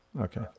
Okay